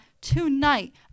Tonight